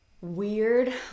weird